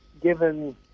given